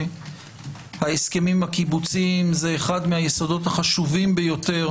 ההסכמים הקיבוציים זה אחד מהיסודות החשובים ביותר